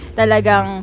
talagang